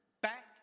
back